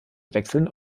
wechseln